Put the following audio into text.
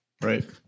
Right